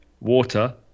water